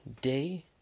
day